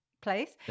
place